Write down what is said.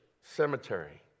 cemetery